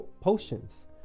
potions